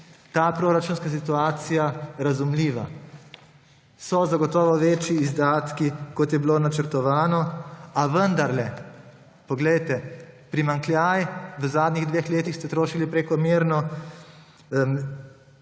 ta proračunska situacija razumljiva. Zagotovo so večji izdatki, kot je bilo načrtovano, a vendarle, poglejte, primanjkljaj v zadnjih dveh letih ste trošili prekomerno,